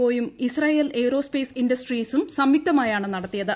O യൂം ് Israel aerospace ഇൻഡസ്ട്രീസും സംയുക്ത്മായാ്ണ് നടത്തിയത്